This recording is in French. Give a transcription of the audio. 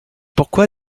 pourquoi